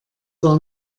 war